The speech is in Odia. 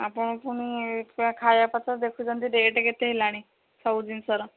ଆପଣ ଫୁଣି ଏ ଛୁଆ ଖାଇବା ପତ୍ର ଦେଖୁଛନ୍ତି ରେଟ୍ କେତେ ହେଲାଣି ସବୁ ଜିନିଷର